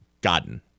gotten